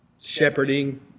shepherding